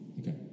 Okay